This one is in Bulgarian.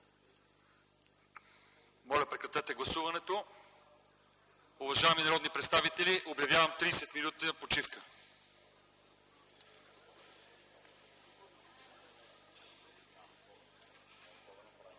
Прекратете гласуването! Уважаеми народни представители, обявявам 30 минути почивка.